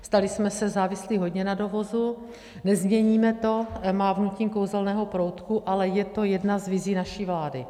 Stali jsme se závislí hodně na dovozu, nezměníme to mávnutím kouzelného proutku, ale je to jedna z vizí naší vlády.